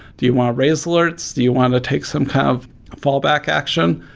do you want to raise alerts? do you want to take some kind of fallback action?